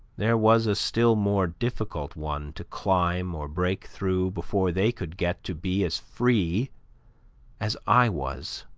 there was a still more difficult one to climb or break through before they could get to be as free as i was.